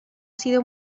sido